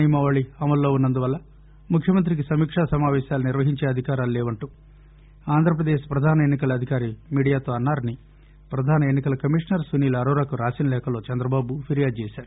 నియమావళి అమల్లో ఉన్నందున ముఖ్యమంత్రికి సమీకా సమాపేశాలు నిర్వహించే అధికారాలు లేవని ఆంధ్రప్రదేశ్ ప్రధాన ఎన్ని కల అధికారి మీడియాతో అన్నా రని ప్రధాన ఎన్ని కల కమిషనర్ సునీల్ అరోరాకు రాసిన లేఖలో చంద్రబాబు ఫిర్యాదు చేశారు